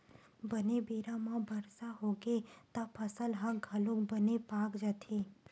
बने बेरा म बरसा होगे त फसल ह घलोक बने पाक जाथे